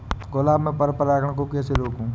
गुलाब में पर परागन को कैसे रोकुं?